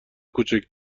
کوچک